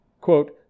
Quote